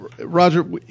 Roger